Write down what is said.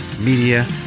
media